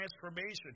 transformation